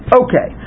okay